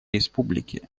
республике